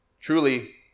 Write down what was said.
Truly